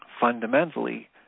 Fundamentally